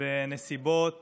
בנסיבות